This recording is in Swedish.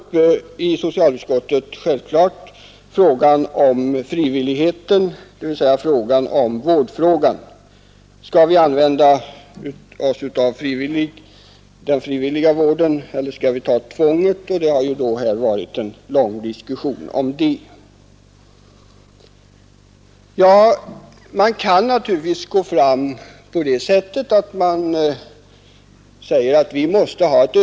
I socialutskottet har vi självfallet behandlat vårdfrågan: Skall vi gå in för den frivilliga vården eller för tvång? Det har förts en lång diskussion på den punkten. Man kan naturligtvis gå fram på den linjen som innebär ökat tvång och en ny lag.